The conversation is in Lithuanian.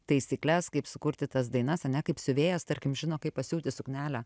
taisykles kaip sukurti tas dainas ane kaip siuvėjas tarkim žino kaip pasiūti suknelę